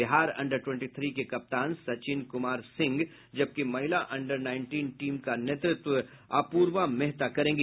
Bihar under twenty three के कप्तान सचिन कुमार सिंह जबकि महिला अंडर नाईनटीन टीम का नेतृत्व अपूर्वा मेहता करेंगी